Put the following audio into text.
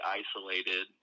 isolated